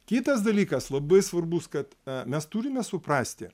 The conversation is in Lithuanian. kitas dalykas labai svarbus kad mes turime suprasti